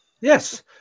Yes